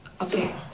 Okay